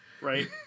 right